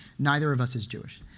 neither of us is jewish.